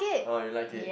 orh you like it